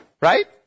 Right